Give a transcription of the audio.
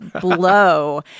blow